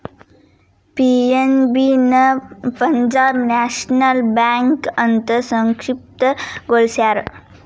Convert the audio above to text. PNB ನ Punjab national bank ಅಂತ ಸಂಕ್ಷಿಪ್ತ ಗೊಳಸ್ಯಾರ